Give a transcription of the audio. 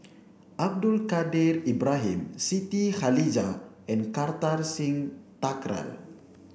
Abdul Kadir Ibrahim Siti Khalijah and Kartar Singh Thakral